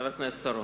חבר הכנסת אורון,